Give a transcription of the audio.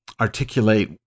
articulate